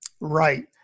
Right